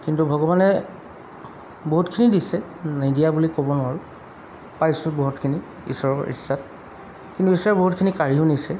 কিন্তু ভগৱানে বহুতখিনি দিছে নিদিয়া বুলি ক'ব নোৱাৰোঁ পাইছোঁ বহুতখিনি ঈশ্বৰৰ ইচ্ছাত কিন্তু ঈশ্বৰে বহুতখিনি কাঢ়িও নিছে